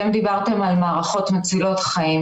אתם דיברתם על מערכות מצילות חיים,